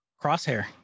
crosshair